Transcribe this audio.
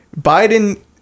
Biden